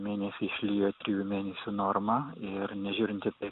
mėnesį išlijo trijų mėnesių norma ir nežiūrint į tai